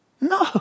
No